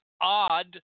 odd